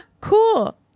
cool